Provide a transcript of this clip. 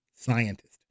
scientist